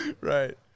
right